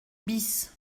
bis